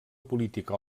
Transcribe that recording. política